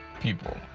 people